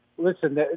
listen